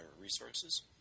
resources